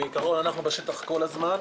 בעיקרון אנחנו בשטח כל הזמן,